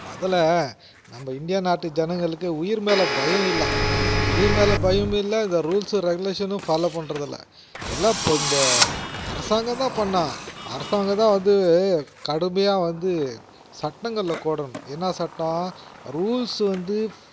முதல்ல நம்ம இந்திய நாட்டு ஜனங்களுக்கு உயிர் மேல் பயம் இல்லை உயிர் மேல் பயம் இல்லை இந்த ரூல்ஸு ரெகுலேஷனும் ஃபாலோ பண்றதில்லை எல்லாம் இப்போது இந்த அரசாங்கம் தான் பண்ணும் அரசாங்கம் தான் வந்து கடுமையாக வந்து சட்டங்களை கோடணும் என்ன சட்டம் ரூல்ஸ் வந்து